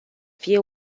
fie